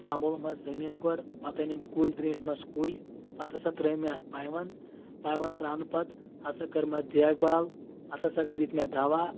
سمبولُمس زٔمیٖن گۄڈٕ پتہٕ أنم کُلۍ درٛیٖنٹھۍ مس کُلۍ پتہٕ ہسا ترٲے مےٚ اَتھ پاے ونٛد پاے ونٛد تراونہٕ پتہٕ ہسا کٔرمےٚ اتھ دیکھ بال اتھ ہسا دِتۍ مےٚ دوا